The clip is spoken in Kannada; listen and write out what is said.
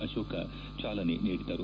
ಅಶೋಕ್ ಚಾಲನೆ ನೀಡಿದರು